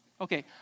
okay